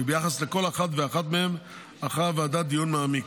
שביחס לכל אחת ואחת מהן ערכה הוועדה דיון מעמיק.